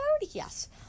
Yes